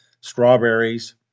strawberries